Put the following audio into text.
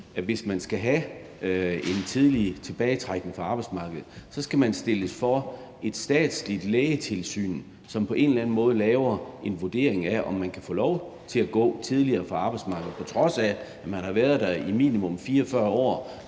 at hvis man skal have en tidlig tilbagetrækning fra arbejdsmarkedet, skal man stilles for et statsligt lægetilsyn, som på en eller anden måde laver en vurdering af, om man kan få lov til at gå tidligere fra arbejdsmarkedet, på trods af at man har været der i minimum 44 år,